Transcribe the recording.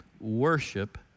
Worship